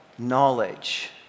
knowledge